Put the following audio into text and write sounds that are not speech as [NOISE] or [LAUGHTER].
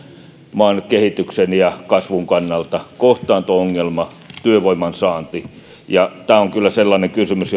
asia maan kehityksen ja kasvun kannalta on kohtaanto ongelma työvoiman saanti tämä on kyllä sellainen kysymys [UNINTELLIGIBLE]